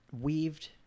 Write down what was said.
weaved